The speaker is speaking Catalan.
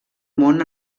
món